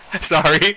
Sorry